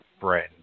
friend